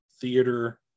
theater